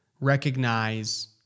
recognize